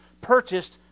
purchased